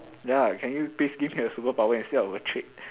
ya can you please give me a superpower instead of a trick